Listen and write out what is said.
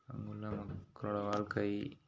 அங்கே உள்ள மக்களோட வாழ்க்கை